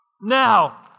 Now